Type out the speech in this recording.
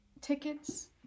tickets